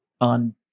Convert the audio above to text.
on